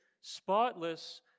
spotless